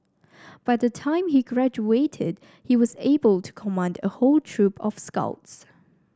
by the time he graduated he was able to command a whole troop of scouts